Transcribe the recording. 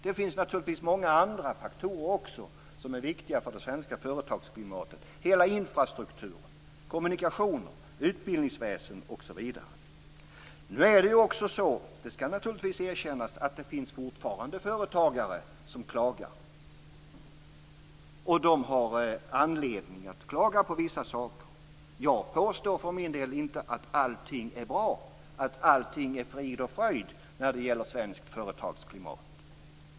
Det finns naturligtvis också många andra faktorer som är viktiga för det svenska företagsklimatet. Det gäller hela infrastrukturen, kommunikationer, utbildningsväsende, osv. Det skall naturligtvis erkännas att det fortfarande finns företagare som klagar, och de har anledning att klaga på vissa saker. Jag påstår inte för min del att allting är bra och att allt är frid och fröjd när det gäller svenskt företagsklimat.